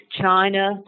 China